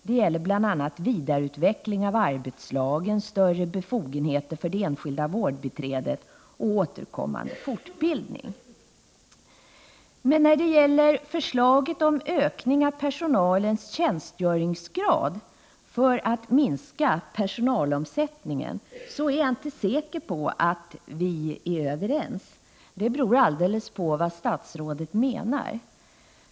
Det gäller bl.a. vidareutvecklingen av arbetslagen, större befogenheter för det enskilda vårdbiträdet och återkommande fortbildning. Men när det gäller förslaget om ökning av personalens tjänstgöringsgrad, för att minska personalomsättningen, är jag inte säker på att vi är överens. Det beror alldeles på vad statsrådet menar.